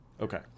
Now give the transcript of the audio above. Okay